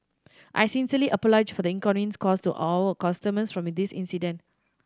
I sincerely apologise for the inconvenience caused to our customers from this incident